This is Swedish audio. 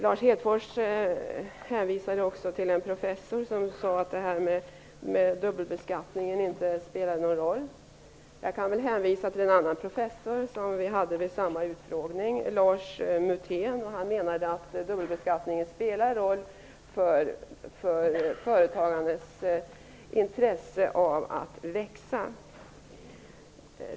Lars Hedfors hänvisade också till en professor, som sade att dubbelbeskattningen inte spelade någon roll. Jag kan hänvisa till en annan professor, Leif Mutén, som var med vid samma utfrågning. Han menade att dubbelbeskattningen spelar roll för företagandets intresse av att växa.